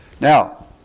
Now